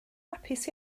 hapus